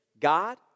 God